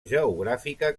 geogràfica